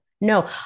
no